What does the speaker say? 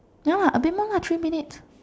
ya a bit more lah three minutes